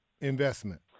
investment